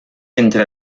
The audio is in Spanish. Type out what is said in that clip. entre